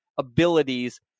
abilities